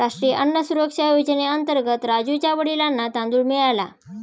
राष्ट्रीय अन्न सुरक्षा योजनेअंतर्गत राजुच्या वडिलांना तांदूळ मिळाला